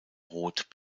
rot